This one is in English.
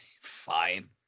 fine